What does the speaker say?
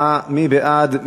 מי בעד?